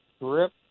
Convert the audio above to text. rip